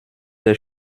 des